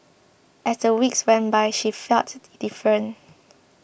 as the weeks went by she felt different